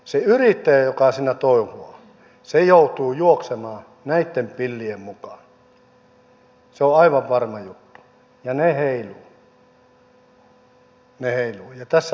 se yrittäjä joka siinä touhuaa joutuu juoksemaan näitten pillien mukaan se on aivan varma juttu ja ne heiluvat